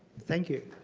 thank you.